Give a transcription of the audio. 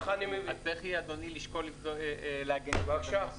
אז צריך יהיה, לשקול --- של הצו.